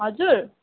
हजुर